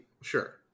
Sure